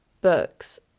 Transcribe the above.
books